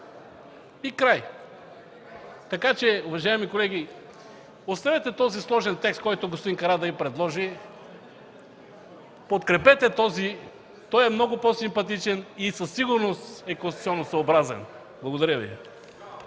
и край. Така че, уважаеми колеги, оставете този сложен текст, който господин Карадайъ Ви предложи. Подкрепете този. Той е много по-симпатичен и със сигурност е конституционносъобразен. Благодаря Ви.